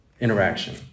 interaction